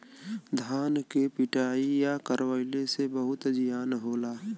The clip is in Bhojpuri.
धान के पिटईया करवइले से बहुते जियान होला